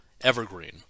evergreen